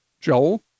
Joel